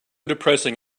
depressing